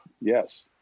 Yes